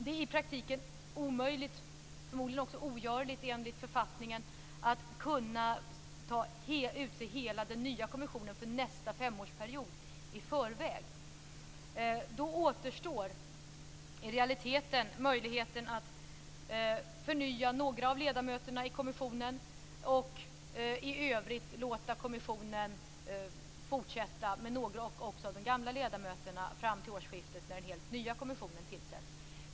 Det är i praktiken omöjligt, förmodligen också ogörligt enligt författningen, att kunna utse hela den nya kommissionen för nästa femårsperiod i förväg. Då återstår i realiteten möjligheten att förnya några av ledamöterna i kommissionen och i övrigt låta kommissionen fortsätta med också några av de gamla ledamöterna fram till årsskiftet, när den helt nya kommissionen tillsätts.